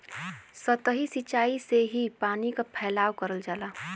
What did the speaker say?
सतही सिचाई से ही पानी क फैलाव करल जाला